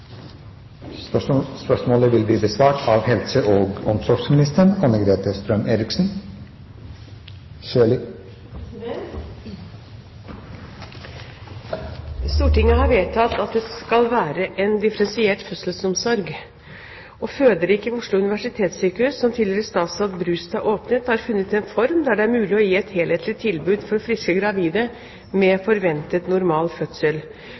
har vedtatt at det skal være en differensiert fødselsomsorg. Føderiket ved Oslo universitetssykehus, som tidligere statsråd Brustad åpnet, har funnet en form der det er mulig å gi et helhetlig tilbud for friske gravide med forventet normal fødsel.